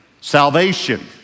Salvation